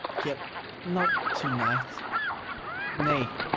yet not to-night nay,